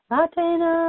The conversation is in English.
Latina